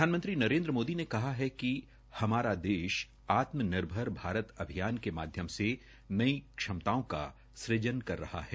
प्रधानमंत्री नरेन्द्र मोदी ने कहा है कि हमारा देश आत्मनिर्भर भारत अभियान के माध्यम से नई क्षमताओं का सूजन कर रहा है